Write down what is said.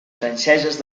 franceses